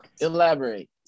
Elaborate